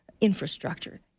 infrastructure